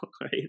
right